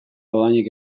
dohainik